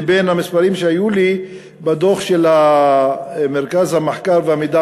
לבין המספרים שהיו לי בדוח של מרכז המחקר והמידע